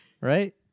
right